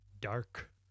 Dark